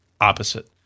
opposite